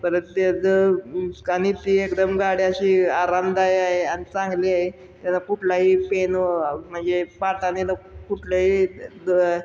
परत ते जर आणि ती एकदम गाडी अशी आरामदायक आहे आणि चांगली आहे त्याला कुठलाही पेन म्हणजे पाटानेला कुठलही द